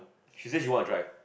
she say she wanna try